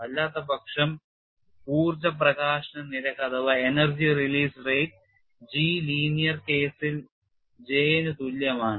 അല്ലാത്തപക്ഷം ഊർജ്ജ പ്രകാശന നിരക്ക് G linear case ൽ J ന് തുല്യമാണ്